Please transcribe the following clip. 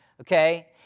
okay